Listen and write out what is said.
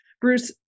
Bruce